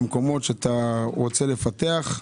מקומות שאתה רוצה לפתח.